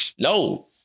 No